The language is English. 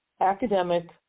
academic